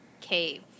cave